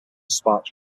sparks